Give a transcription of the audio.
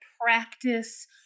practice